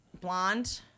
Blonde